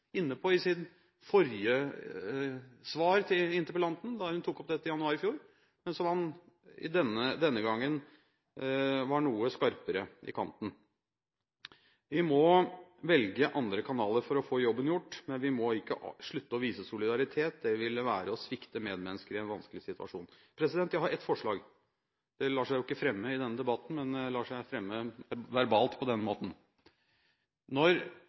inne på i sitt forrige svar til interpellanten, da hun tok opp dette i januar i fjor, men der han denne gangen var noe skarpere i kanten. Vi må velge andre kanaler for å få jobben gjort, men vi må ikke slutte å vise solidaritet. Det ville være å svikte medmennesker i en vanskelig situasjon. Jeg har ett forslag. Det lar seg ikke fremme i denne debatten, men det lar seg fremme verbalt på denne måten. Når